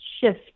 shift